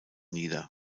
nieder